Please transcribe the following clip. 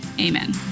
amen